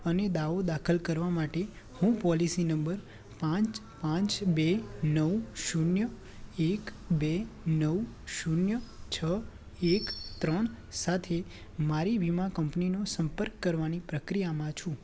અને દાવો દાખલ કરવા માટે હું પોલિસી નંબર પાંચ પાંચ બે નવ શૂન્ય એક બે નવ શૂન્ય છ એક ત્રણ સાથે મારી વીમા કંપનીનો સંપર્ક કરવાની પ્રક્રિયામાં છું